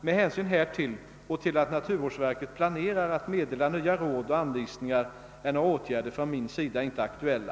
Med hänsyn härtill och till att naturvårdsverket planerar att meddela nya råd och anvisningar är några åtgärder från min sida inte aktuella.